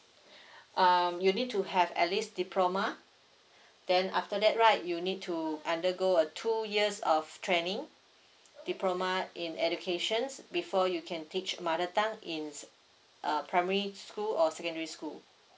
um you need to have at least diploma then after that right you need to undergo a two years of training diploma in educations before you can teach mother tongue ins uh primary school or secondary school